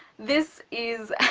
this is,